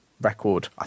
record